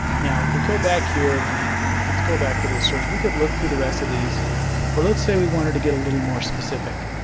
now if we go back here let's go back to this search we could look through the rest of these or let's say we wanted to get a little more specific.